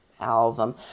album